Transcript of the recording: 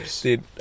Dude